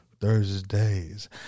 Thursdays